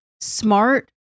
smart